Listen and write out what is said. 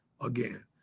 again